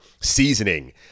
seasoning